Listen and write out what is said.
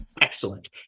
excellent